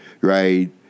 right